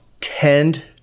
tend